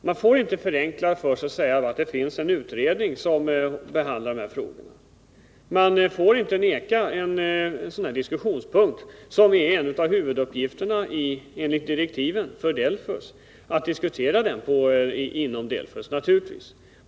Man får inte göra det enkelt för sig genom att säga att det finns en utredning som behandlar dessa frågor. Man får inte vägra att diskutera en sådan här punkt, som enligt direktiven är en av huvuduppgifterna för DELFUS.